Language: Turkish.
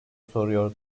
soruyor